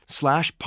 slash